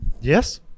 Yes